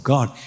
God